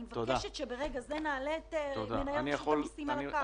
אני מבקשת שברגע זה נעלה את מנהל רשות המסים על הקו.